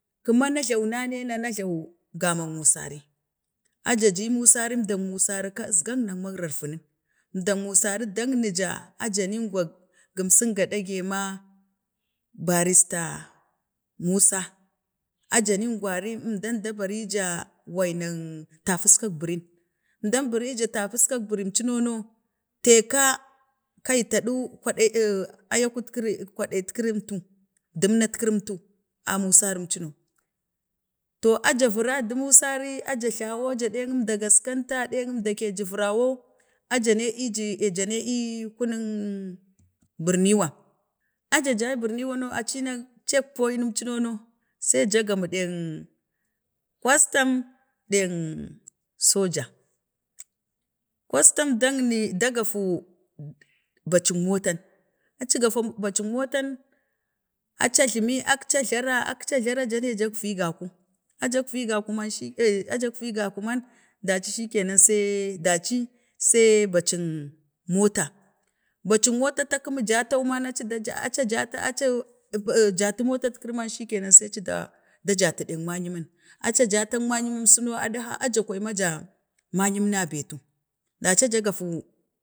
kəma na jlauna ne na jlawu gamang musari, a ja ji musari əmdang masari ka əzgang nan magrarvunin, əndak musari daknija a ja nin əngwak gumsik ga ɗage Barrista Musa, a ja nin əugwari, ənda daberija wan rann tapuskak birin əmdatu barija tapuskor buriwm cunono taika, kai taɗu kwa ɗa aa ayakur kiri kwaɗayet kiri əmtu, dəmnatkiri əmtu, a musarim cuno, to a ja vara, də musarim aja jlwo aja ɗik əmdam ja gaskanta dem ənga ke juvuraw a ja ne tt ja he ii kuneng ii Birniwa a ja jay Birniwa no tinak check poina nin cunono see ja gamu dang custom, deng soja, custom dangni dagatu ba cule motan, aci gaton bacuk matan aca jlami akci jlara akca glara, akca glra, ja he jakvi gaku, a aa jakvi gaku man jaci shi ke ajafi gatu man daci shike nan see daic see bacing mato, bacing mota ta kəmi jatan ma aci, jata, aci jata ma jatu motan kiri man ja see ci da jati ɗik mayimmi acijatak mayamman suwo aɗitha a juk tu man ja mayem na betu daci ja gafu